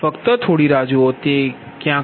ફક્ત થોડી રાહ જુઓ